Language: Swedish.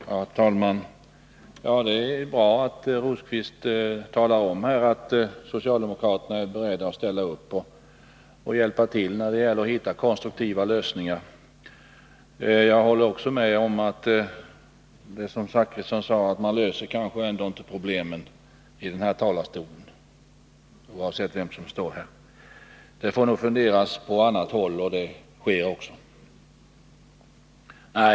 Herr talman! Det är bra att Birger Rosqvist talar om att socialdemokraterna är beredda att ställa upp och hjälpa till när det gäller att hitta konstruktiva lösningar. Jag håller också med Bertil Zachrisson om att man löser inte problemen från denna talarstol, oavsett vem som står här. Det får nog funderas på annat håll, och det sker också.